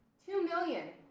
two million.